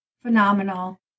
phenomenal